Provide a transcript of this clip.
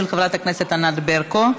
של חברת הכנסת ענק ברקו,